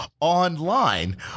online